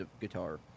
guitar